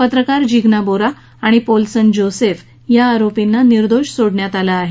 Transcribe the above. पत्रकार जिग्ना बोरा आणि पोल्सन जोसेफ या आरोपींना निर्दोष सोडलं आहे